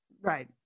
Right